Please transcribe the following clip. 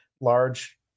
large